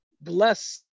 bless